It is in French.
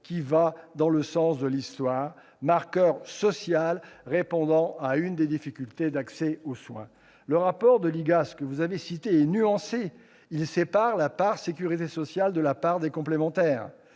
qui va dans le sens de l'histoire. C'est un marqueur social répondant à une des difficultés d'accès aux soins. Le rapport de l'IGAS est nuancé. Il sépare la part sécurité sociale de la part des complémentaires.